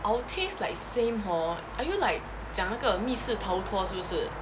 our taste like same hor are you like 讲那个密室逃脱是不是